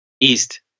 East